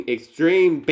Extreme